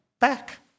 back